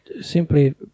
simply